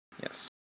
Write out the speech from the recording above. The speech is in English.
yes